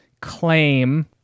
claim